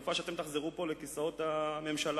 החלופה שאתם תחזרו פה לכיסאות הממשלה.